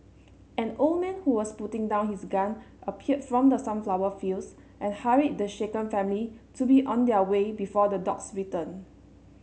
an old man who was putting down his gun appeared from the sunflower fields and hurried the shaken family to be on their way before the dogs return